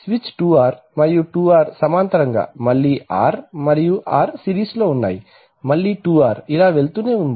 switch 2R మరియు 2R సమాంతరంగా మళ్ళీ R మరియు R సిరీస్లో మళ్ళీ 2R ఇలా వెళ్తూ ఉంటుంది